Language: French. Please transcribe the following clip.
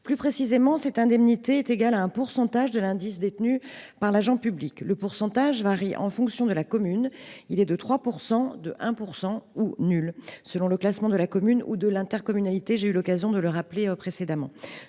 Plus précisément, l’indemnité de résidence est égale à un pourcentage de l’indice détenu par l’agent public. Le pourcentage varie en fonction de la commune : il est de 3 %, de 1 % ou nul, selon le classement de la commune ou de l’intercommunalité, comme j’ai eu l’occasion de le rappeler précédemment.